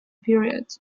period